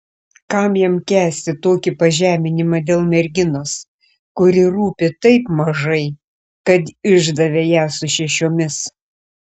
kam jam kęsti tokį pažeminimą dėl merginos kuri rūpi taip mažai kad išdavė ją su šešiomis